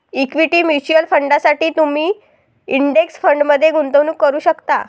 equity mutual फंडांसाठी तुम्ही index फंडमध्ये गुंतवणूक करू शकता